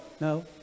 No